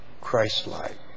Christ-like